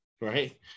right